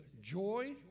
joy